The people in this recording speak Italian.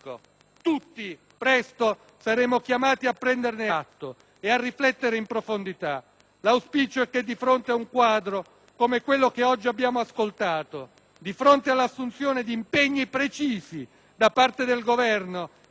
L'auspicio è che, di fronte ad un quadro come quello che oggi abbiamo ascoltato, di fronte all'assunzione di impegni precisi da parte del Governo e all'imminente avvio di un dibattito in Parlamento sui temi della giustizia e di fronte a fatti